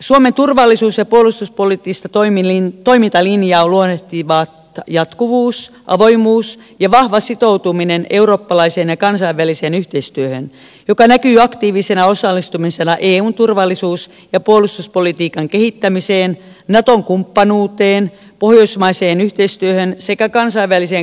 suomen turvallisuus ja puolustuspoliittista toimintalinjaa luonnehtivat jatkuvuus avoimuus ja vahva sitoutuminen eurooppalaiseen ja kansainväliseen yhteistyöhön joka näkyy aktiivisena osallistumisena eun turvallisuus ja puolustuspolitiikan kehittämiseen naton kumppanuuteen pohjoismaiseen yhteistyöhön sekä kansainväliseen kriisinhallintaan